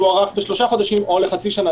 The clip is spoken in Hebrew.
יוארך בשלושה חודשים או לחצי שנה.